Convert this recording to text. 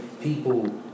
people